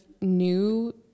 new